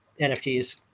NFTs